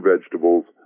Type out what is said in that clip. vegetables